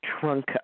trunk